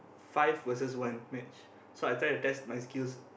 five versus one match so I trying to test my skills